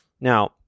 Now